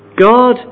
God